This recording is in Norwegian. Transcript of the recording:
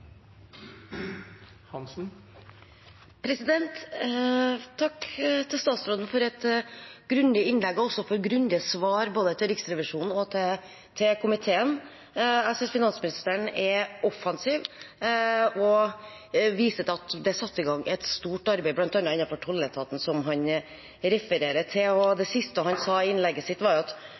også for grundige svar både til Riksrevisjonen og til komiteen. Jeg synes finansministeren er offensiv, og viser til at det er satt i gang et stort arbeid bl.a. innenfor tolletaten som han refererer til. Det siste han sa i innlegget sitt, var jo at